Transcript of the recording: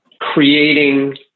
creating